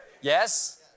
Yes